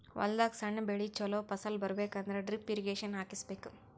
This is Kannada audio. ಹೊಲದಾಗ್ ಸಣ್ಣ ಬೆಳಿ ಚೊಲೋ ಫಸಲ್ ಬರಬೇಕ್ ಅಂದ್ರ ಡ್ರಿಪ್ ಇರ್ರೀಗೇಷನ್ ಹಾಕಿಸ್ಬೇಕ್